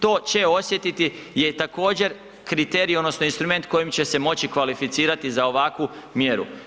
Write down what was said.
To će osjetiti je također kriterij odnosno instrument kojim će se moći kvalificirati za ovakvu mjeru.